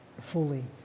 fully